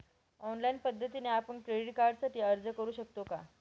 Online पद्धतीने आपण credit कार्डसाठी अर्ज करु शकतो का?